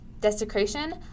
desecration